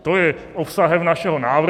To je obsahem našeho návrhu.